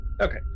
Okay